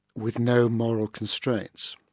with no moral constraints.